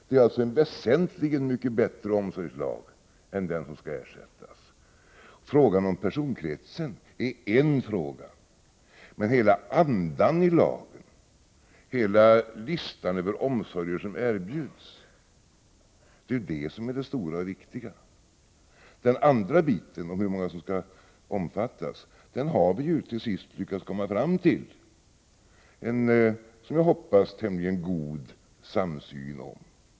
Det är alltså en väsentligt mycket bättre lag än den som skall ersättas. Frågan om personkretsen är en fråga, men hela andan i lagen, hela listan över omsorger som erbjuds är det stora och viktiga. I den andra biten — hur många som skall omfattas — har vi ju till sist lyckats komma fram till en, som jag hoppas, tämligen god samsyn.